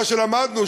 מה שלמדנו,